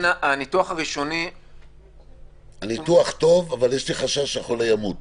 הניתוח טוב אבל יש לי חשש שהחולה ימות.